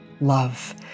love